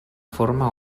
forma